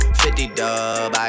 50-dub